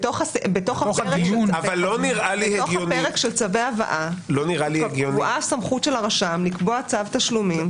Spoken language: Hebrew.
בתוך הפרק של צווי הבאה כבר קבועה הסמכות של הרשם לקבוע צו תשלומים.